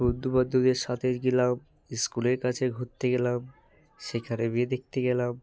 বন্ধু বান্ধবদের সাথেই গেলাম স্কুলের কাছে ঘুরতে গেলাম সেখানে বিয়ে দেখতে গেলাম